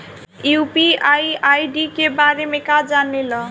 UPI ID के बारे में का जाने ल?